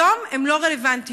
היום הן לא רלוונטיות.